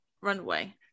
runway